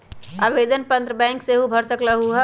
आवेदन पत्र बैंक सेहु भर सकलु ह?